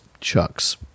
chucks